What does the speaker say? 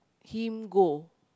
him go